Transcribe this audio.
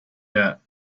der